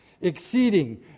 Exceeding